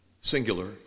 Singular